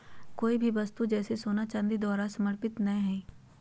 कोय भी वस्तु जैसे सोना चांदी द्वारा समर्थित नय हइ